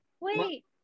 wait